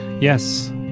Yes